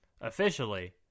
officially